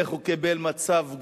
איך הוא קיבל מצב גרוע.